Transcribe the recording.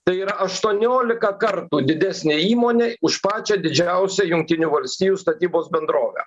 tai yra aštuoniolika kartų didesnė įmonė už pačią didžiausią jungtinių valstijų statybos bendrovę